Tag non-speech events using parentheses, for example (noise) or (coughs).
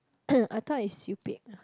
(coughs) I thought is you pick